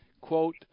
quote